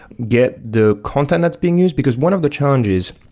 get the content that's being used because one of the challenges,